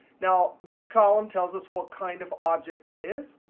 now this column tells us what kind of object it is.